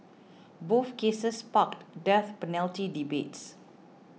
both cases sparked death penalty debates